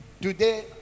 today